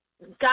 God